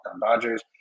Dodgers